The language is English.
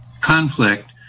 conflict